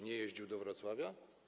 Nie jeździł do Wrocławia?